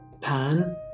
Pan